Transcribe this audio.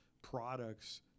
products